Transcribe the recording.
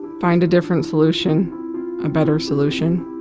find a different solution a better solution